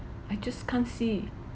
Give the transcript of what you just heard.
I just can't see